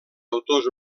autors